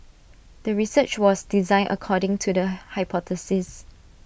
the research was designed according to the hypothesis